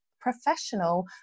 professional